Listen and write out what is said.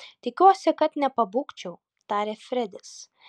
tikiuosi kad nepabūgčiau tarė fredis